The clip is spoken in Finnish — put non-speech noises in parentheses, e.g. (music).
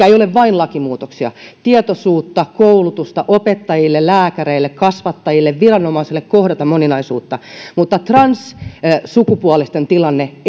(unintelligible) ei ole vain lakimuutoksia tietoisuutta koulutusta opettajille lääkäreille kasvattajille ja viranomaisille kohdata moninaisuutta mutta transsukupuolisten tilanne (unintelligible)